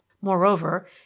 moreover